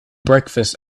breakfast